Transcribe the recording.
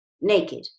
naked